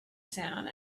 sound